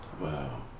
Wow